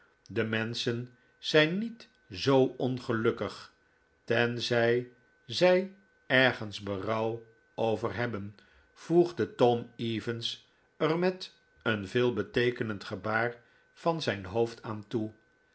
de menschen zijn niet zoo ongelukkig tenzij zij ergens berouw over hebben voegde tom eaves er met een veelbeteekenend gebaar van zijn hoofd aan toe